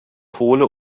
kohle